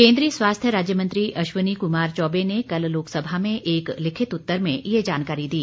केंद्रीय स्वास्थ्य राज्य मंत्री अश्विनी कुमार चौबे ने कल लोकसभा में एक लिखित उत्तर में ये जानकारी दी